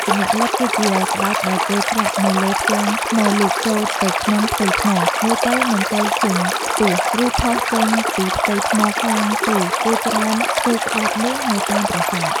ចម្លាក់លិបគឺជាក្បាច់ដែលគេឆ្លាក់នៅលើផ្ទាំងថ្មលូកចូលទៅក្នុងផ្ទៃថ្ម មើលទៅមិនសូវឃើញខ្ពស់ ឬផុសចេញពីផ្ទៃថ្មខ្លាំងទេគេច្រើនធ្វើក្បាច់នេះនៅតាមប្រាសាទ។